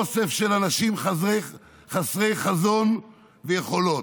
אוסף של אנשים חסרי חזון ויכולות,